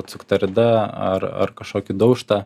atsukta rida ar ar kažkokį daužtą